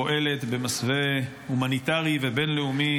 אונר"א פועלת במסווה הומניטרי ובין-לאומי